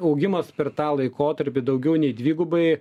augimas per tą laikotarpį daugiau nei dvigubai